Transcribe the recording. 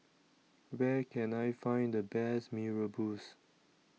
Where Can I Find The Best Mee Rebus